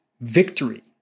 victory